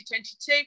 2022